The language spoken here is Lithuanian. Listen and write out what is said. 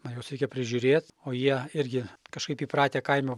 man juos reikia prižiūrėt o jie irgi kažkaip įpratę kaime